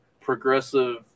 progressive